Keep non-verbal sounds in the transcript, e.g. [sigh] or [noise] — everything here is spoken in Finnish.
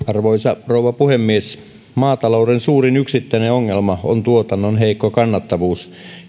[unintelligible] arvoisa rouva puhemies maatalouden suurin yksittäinen ongelma on tuotannon heikko kannattavuus